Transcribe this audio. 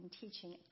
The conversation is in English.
teaching